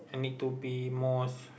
I need to be more